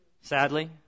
sadly